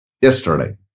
yesterday